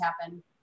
happen